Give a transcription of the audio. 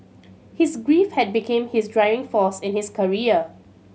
his grief had became his driving force in his career